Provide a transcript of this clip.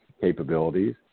capabilities